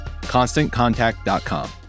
ConstantContact.com